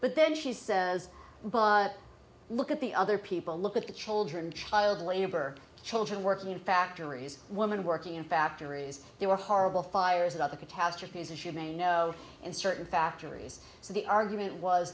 but then she says but look at the other people look at the children child labor children working in factories women working in factories there were horrible fires about the catastrophes as you may know in certain factories so the argument was